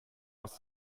aus